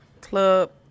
club